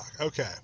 Okay